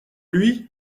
lui